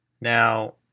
Now